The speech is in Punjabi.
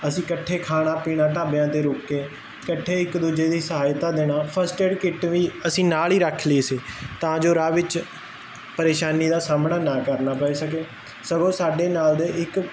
ਅਸੀਂ ਇਕੱਠੇ ਖਾਣਾ ਪੀਣਾ ਢਾਬਿਆਂ ਤੇ ਰੁਕ ਕੇ ਇਕੱਠੇ ਇੱਕ ਦੂਜੇ ਦੀ ਸਹਾਇਤਾ ਦੇਣਾ ਫਸਟ ਏਡ ਕਿੱਟ ਵੀ ਅਸੀਂ ਨਾਲ ਈ ਰੱਖ ਲਈ ਸੀ ਤਾਂ ਜੋ ਰਾਹ ਵਿੱਚ ਪਰੇਸ਼ਾਨੀ ਦਾ ਸਾਹਮਣਾ ਨਾ ਕਰਨਾ ਪੈ ਸਕੇ ਸਗੋਂ ਸਾਡੇ ਨਾਲ ਦੇ ਇੱਕ